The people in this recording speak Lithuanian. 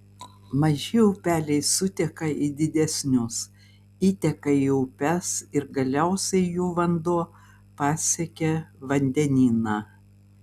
maži upeliai suteka į didesnius įteka į upes ir galiausiai jų vanduo pasiekia vandenyną